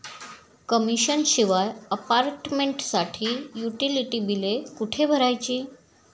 Commission शिवाय अपार्टमेंटसाठी utility बिले कुठे भरायची?